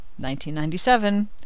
1997